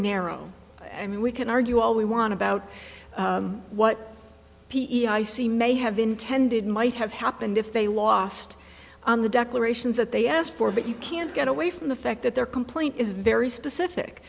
narrow i mean we can argue all we want about what p e i see may have intended might have happened if they lost on the declarations that they asked for but you can't get away from the fact that their complaint is very specific